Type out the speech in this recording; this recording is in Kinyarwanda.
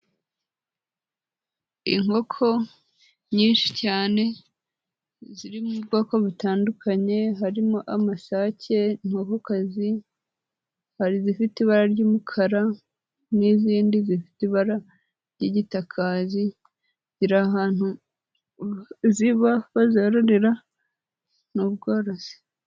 Inkoko nyinshi cyane ziri mu bwoko butandukanye harimo amasake, inkokazi hari izifite ibara ry'umukara n'izindi zifite ibara ry'igitaka ziri ahantu ziba bazororera n'ubworozi.